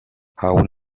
aun